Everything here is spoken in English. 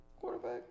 quarterback